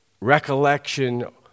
recollection